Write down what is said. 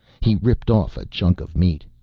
he ripped off a chunk of meat.